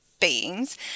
beings